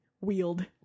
Wield